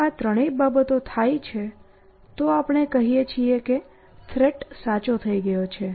જો આ ત્રણેય બાબતો થાય છે તો આપણે કહીએ છીએ કે થ્રેટ સાચો થઈ રહ્યો છે